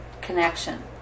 connection